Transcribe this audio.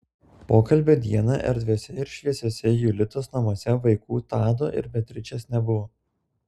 pokalbio dieną erdviuose ir šviesiuose julitos namuose vaikų tado ir beatričės nebuvo